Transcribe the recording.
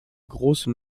großen